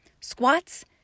Squats